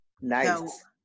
Nice